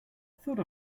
thought